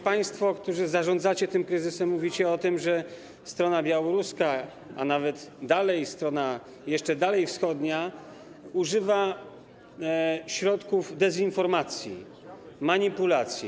Państwo, którzy zarządzacie tym kryzysem, często mówicie o tym, że strona białoruska, a nawet dalej, strona jeszcze dalej na wschód, używają środków dezinformacji, manipulacji.